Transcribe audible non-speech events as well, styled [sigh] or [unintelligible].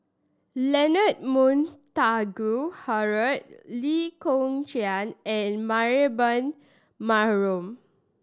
Leonard Montague Harrod Lee Kong Chian and Mariam [unintelligible]